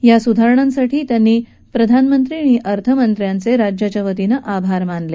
या स्धारणांसाठी त्यांनी प्रधानमंत्री आणि अर्थमंत्र्यांचे राज्याच्या वतीनं आभार मानले